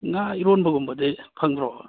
ꯉꯥ ꯏꯔꯣꯟꯕꯒꯨꯝꯕꯗꯤ ꯐꯪꯕ꯭ꯔꯣ